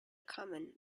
common